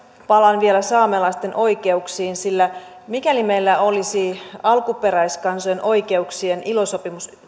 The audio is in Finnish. palaan vielä saamelaisten oikeuksiin sillä mikäli meillä olisi alkuperäiskansojen oikeuksien ilo sopimus